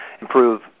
improve